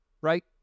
right